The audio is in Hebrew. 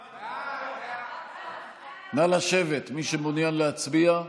לא יכול לשבת, מי שמעוניין לדבר,